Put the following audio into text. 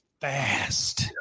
fast